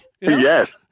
Yes